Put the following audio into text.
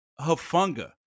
Hafunga